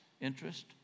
interest